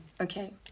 Okay